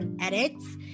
edits